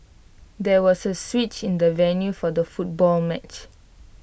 there was A switch in the venue for the football match